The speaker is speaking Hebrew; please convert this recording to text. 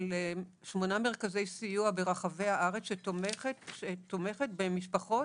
של שמונה מרכזי סיוע ברחבי הארץ, שתומכת במשפחות